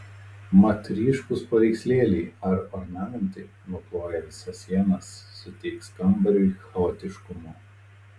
mat ryškūs paveikslėliai ar ornamentai nukloję visas sienas suteiks kambariui chaotiškumo